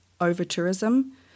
over-tourism